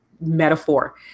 metaphor